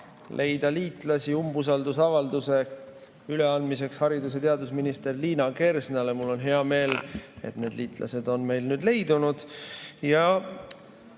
leida liitlasi umbusaldusavalduse üleandmiseks haridus‑ ja teadusminister Liina Kersnale. Mul on hea meel, et need liitlased on nüüd leidunud